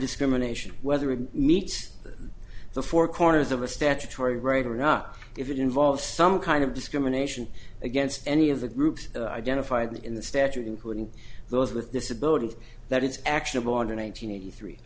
discrimination whether it meets the four corners of a statutory right or not if it involves some kind of discrimination against any of the groups identified in the statute including those with disabilities that it's actionable under nine hundred eighty three